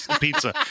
pizza